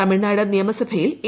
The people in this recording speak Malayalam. തമിഴ്നാട് നിയമസഭയിൽ എ